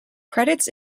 credits